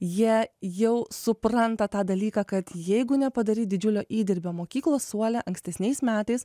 jie jau supranta tą dalyką kad jeigu nepadarei didžiulio įdirbio mokyklos suole ankstesniais metais